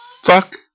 Fuck